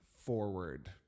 forward